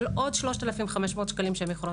של עוד 3,500 שקלים שהן יכולות לקבל.